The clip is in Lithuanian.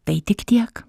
tai tik tiek